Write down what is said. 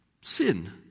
sin